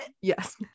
yes